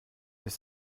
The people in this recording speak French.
les